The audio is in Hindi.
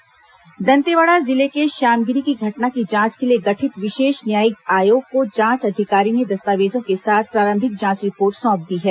श्यामगिरी घटना जांच दंतेवाड़ा जिले के श्यामगिरी की घटना की जांच के लिए गठित विशेष न्यायिक आयोग को जांच अधिकारी ने दस्तावेजों के साथ प्रारंभिक जांच रिपोर्ट सौंप दी है